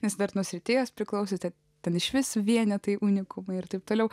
nes dar nuo srities priklausė tik ten išvis vienetai unikumai ir taip toliau